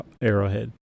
Arrowhead